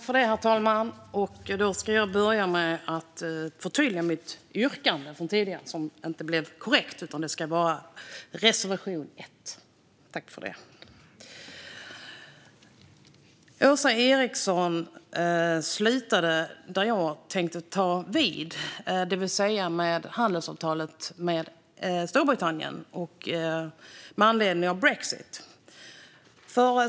Herr talman! Jag ska börja med att förtydliga mitt tidigare yrkande, som inte blev korrekt. Det ska vara reservationerna 1 och 13, inte 2 och 13. Åsa Eriksson slutade där jag tänkte ta vid, det vill säga med handelsavtalet med Storbritannien med anledning av brexit.